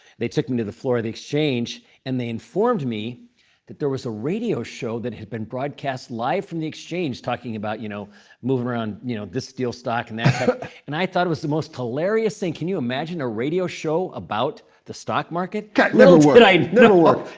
they took me to the floor of the exchange. and they informed me that there was a radio show that had broadcast live from the exchange, talking about you know moving around you know this steel stock and that type. and i thought it was the most hilarious thing. can you imagine a radio show about the stock market? little did i know